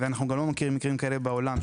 ואנחנו גם לא מכירים מקרים כאלה בעולם,